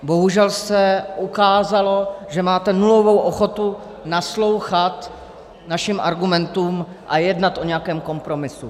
Bohužel se ukázalo, že máte nulovou ochotu naslouchat našim argumentům a jednat o nějakém kompromisu.